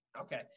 okay